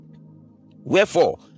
Wherefore